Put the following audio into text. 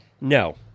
No